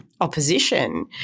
opposition